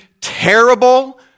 terrible